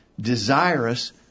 desirous